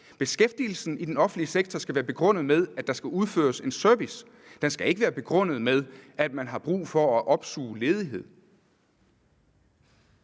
Beskæftigelsen i den offentlige sektor skal være begrundet med, at der skal udføres en service. Den skal ikke være begrundet med, at man har brug for at opsuge ledighed.